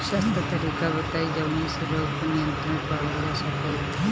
सस्ता तरीका बताई जवने से रोग पर नियंत्रण पावल जा सकेला?